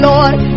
Lord